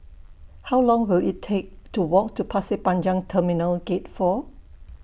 How Long Will IT Take to Walk to Pasir Panjang Terminal Gate four